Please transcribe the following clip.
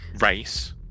race